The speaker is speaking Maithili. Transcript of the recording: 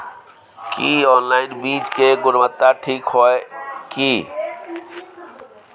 की ऑनलाइन बीज के गुणवत्ता ठीक होय ये की?